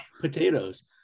Potatoes